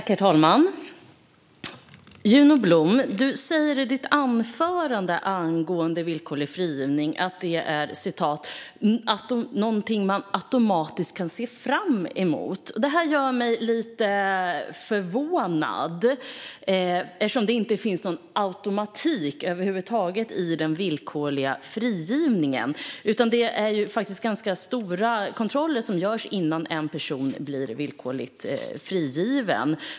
Herr talman! Juno Blom! Du sa i ditt anförande att villkorlig frigivning är någonting man automatiskt kan se fram mot. Det gör mig lite förvånad eftersom det inte finns någon automatik över huvud taget i den villkorliga frigivningen. Det är faktiskt ganska omfattande kontroller som görs innan en person blir villkorligt frigiven.